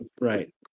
Right